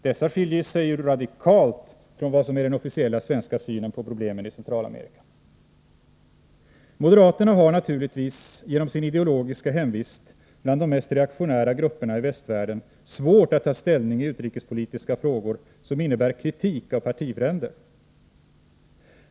Dessa skiljer sig ju radikalt från vad som är den officiella svenska synen på problemen i Centralamerika. Moderaterna har naturligtvis genom sin ideologiska hemvist bland de mest reaktionära grupperna i västvärlden svårt att ta ställning i utrikespolitiska frågor som innebär kritik av partifränder.